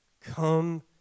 Come